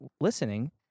listening